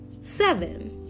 seven